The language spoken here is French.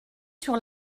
sur